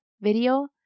video